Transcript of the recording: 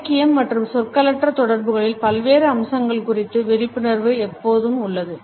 இலக்கியம் மற்றும் சொற்களற்ற தொடர்புகளின் பல்வேறு அம்சங்கள் குறித்த விழிப்புணர்வு எப்போதும் உள்ளது